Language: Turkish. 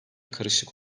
karışık